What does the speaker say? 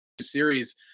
series